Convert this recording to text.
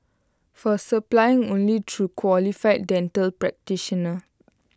for supply only through qualified dental practitioner